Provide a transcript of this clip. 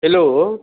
hello